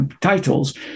titles